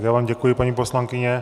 Já vám děkuji, paní poslankyně.